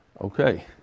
Okay